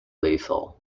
lethal